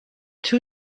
two